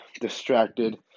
distracted